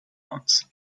ones